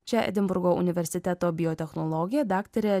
čia edinburgo universiteto biotechnologė daktarė